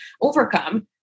overcome